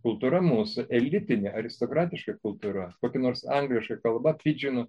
kultūra mūsų elitinė aristokratiška kultūra kokia nors angliška kalba pidžinų